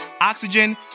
Oxygen